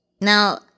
Now